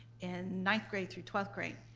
in ninth grade through twelfth grade,